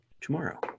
tomorrow